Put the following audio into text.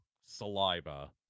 saliva